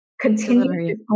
continue